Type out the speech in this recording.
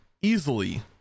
easily